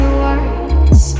words